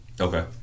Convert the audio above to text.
Okay